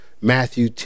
Matthew